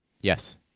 Yes